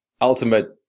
ultimate